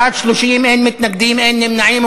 בעד, 30, אין מתנגדים, אין נמנעים.